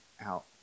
out